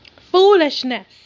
Foolishness